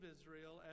Israel